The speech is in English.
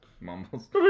Mumbles